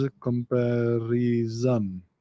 comparison